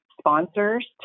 sponsors